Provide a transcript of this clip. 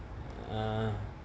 ah